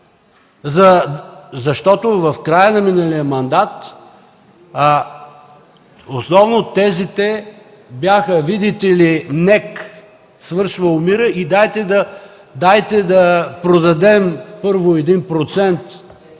защото в края на миналия мандат, основно тезите бяха, че видите ли НЕК свършва и умира, и дайте да продадем първо